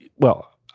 well,